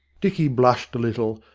dicky blushed a little,